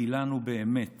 כי לנו באמת